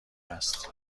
است